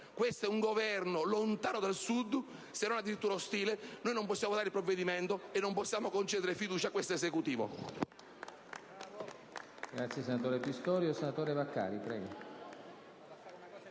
Questo è un Governo lontano dal Sud, se non addirittura ostile. Noi non possiamo votare il provvedimento e non possiamo concedere fiducia a questo Esecutivo.